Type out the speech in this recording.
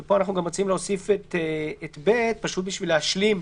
פה אנחנו מציעים להוסיף את סעיף קטן (ב) כדי להשלים,